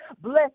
Bless